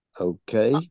Okay